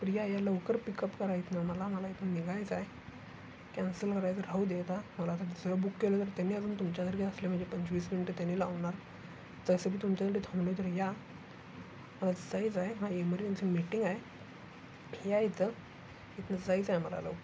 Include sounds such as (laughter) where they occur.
या या लवकर पिकअप करायचं ना मला मला एक तर निघायचं आहे कॅन्सल करायचं राहू दे आता मला जर दुसऱ्या बुक केलं तर त्यांनी अजून तुमच्या सारखे असले म्हणजे पंचवीस मिनटं त्यानी लावणार तसं बी तुमच्यासाठी थांबलो आहे तर या (unintelligible) माझी इमर्जन्सी मीटिंग आहे या इथं इथनं जायचं आहे मला लवकर